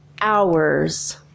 hours